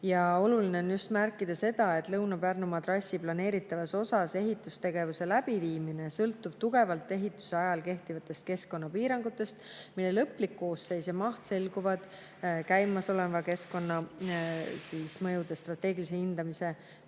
Oluline on märkida, et Lõuna-Pärnumaa trassi planeeritavas osas ehitustegevuse läbiviimine sõltub tugevalt ehituse ajal kehtivatest keskkonnapiirangutest, mille lõplik koosseis ja maht selguvad käimasoleva keskkonnamõjude strateegilise hindamise tulemusena.